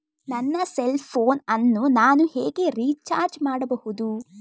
ನನ್ನ cell phone ಅನ್ನು ನಾನು ಹೇಗೆ ರಿಚಾರ್ಜ್ ಮಾಡಬಹುದು?